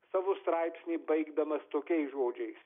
savo straipsnį baigdamas tokiais žodžiais